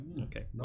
Okay